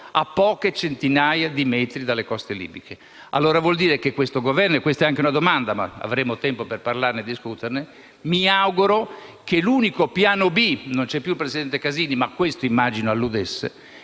a poche centinaia di metri dalle coste libiche. Ciò vuol dire che per questo Governo - e questa è anche una domanda, ma avremo tempo per parlarne e discuterne - l'unico piano B - non c'è più il presidente Casini, ma a questo immagino alludesse